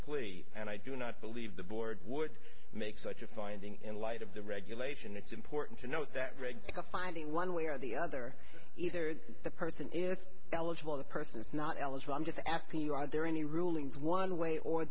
plea and i do not believe the board would make such a finding in light of the regulation it's important to note that regular filing one way or the other either the person is eligible the person is not eligible i'm just asking you are there any rulings one way or